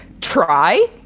Try